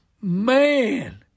Man